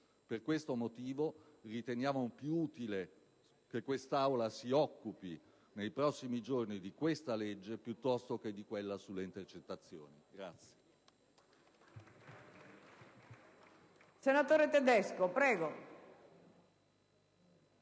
Per questo motivo, riteniamo più utile che quest'Aula si occupi nei prossimi giorni di questo provvedimento piuttosto che di quello sulle intercettazioni.